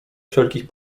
wszelkich